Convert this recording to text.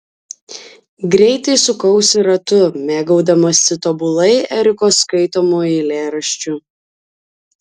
greitai sukausi ratu mėgaudamasi tobulai eriko skaitomu eilėraščiu